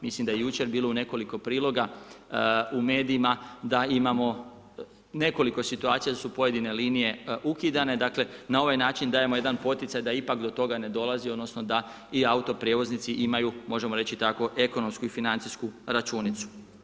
Mislim da je jučer bilo u nekoliko priloga u medijima, da imamo nekoliko situacije da su pojedine linije ukidane, dakle, na ovaj način dajemo jedan poticaj da ipak do toga ne dolazi, da i autoprijevoznici imaju možemo reći tkao, ekonomsku i financijsku računicu.